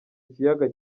kiyaga